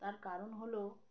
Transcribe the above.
তার কারণ হল